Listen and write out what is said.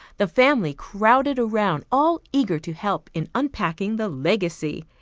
the family crowded around, all eager to help in unpacking the legacy.